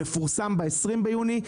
מפורסם ב-20 ביוני,